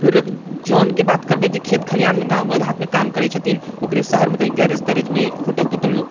बे रोक जौनके बात करबै जे खेत खलिहानमे गाँव देहातमे काम करै छथिन ओकरे शहरमे कहीं गैरेज तैरेजमे होटल तोटलमे